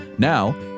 Now